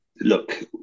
look